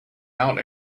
out